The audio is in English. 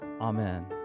Amen